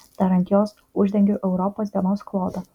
dar ant jos uždengiu europos dienos klodą